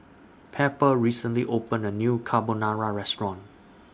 Pepper recently opened A New Carbonara Restaurant